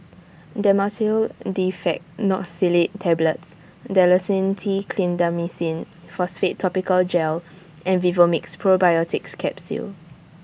Dhamotil Diphenoxylate Tablets Dalacin T Clindamycin Phosphate Topical Gel and Vivomixx Probiotics Capsule